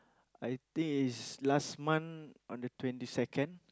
I think it's last month on the twenty second